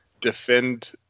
defend